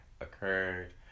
occurred